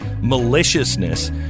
maliciousness